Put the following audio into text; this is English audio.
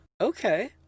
okay